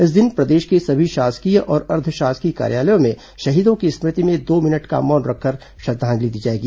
इस दिन प्रदेश के सभी शासकीय और अर्द्व शासकीय कार्यालयों में शहीदों की स्मृति में दो मिनट का मौन रखकर श्रद्धांजलि दी जाएगी